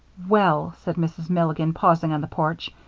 well, said mrs. milligan, pausing on the porch,